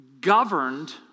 governed